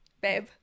babe